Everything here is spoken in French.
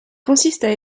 consistent